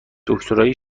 دکترای